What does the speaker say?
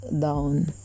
down